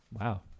wow